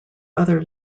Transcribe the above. other